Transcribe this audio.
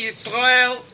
Israel